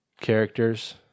characters